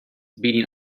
beating